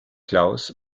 claus